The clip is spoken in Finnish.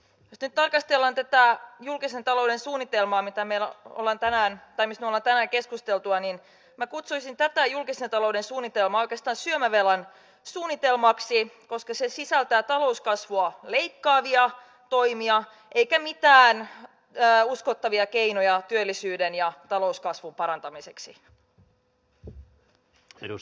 jos nyt tarkastellaan tätä julkisen talouden suunnitelmaa mistä me olemme tänään keskustelleet niin minä kutsuisin tätä julkisen talouden suunnitelmaa oikeastaan syömävelan suunnitelmaksi koska se sisältää talouskasvua leikkaavia toimia eikä mitään uskottavia keinoja työllisyyden ja talouskasvun parantamiseksi